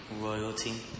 royalty